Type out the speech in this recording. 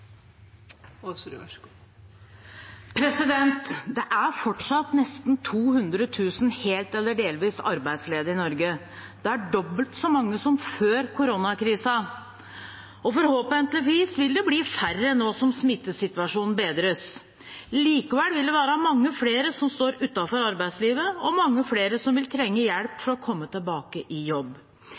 omme. Det er fortsatt nesten 200 000 helt eller delvis arbeidsledige i Norge. Det er dobbelt så mange som før koronakrisen. Forhåpentligvis vil det bli færre nå som smittesituasjonen bedres, men likevel vil det være mange flere som står utenfor arbeidslivet, og mange flere som vil trenge hjelp for å komme tilbake i jobb.